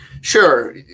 Sure